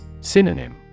Synonym